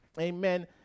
Amen